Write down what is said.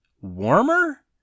warmer